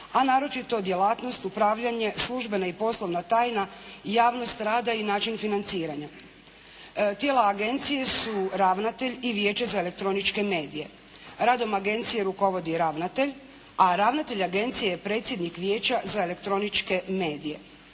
a naročito djelatnost, upravljanje, službena i poslovna tajna, javnost rada i način financiranja. Tijela agencije su ravnatelj i Vijeće za elektroničke medije. Radom agencije rukovodi ravnatelj, a ravnatelj agencije je predsjednik Vijeća za elektroničke medije.